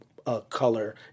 color